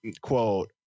quote